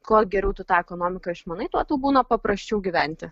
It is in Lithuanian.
kuo geriau tu tą ekonomiką išmanai tuo tau būna paprasčiau gyventi